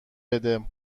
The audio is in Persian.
بده